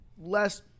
less –